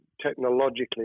technologically